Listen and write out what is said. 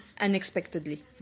unexpectedly